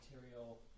material